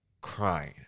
Crying